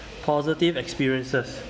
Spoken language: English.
positive experiences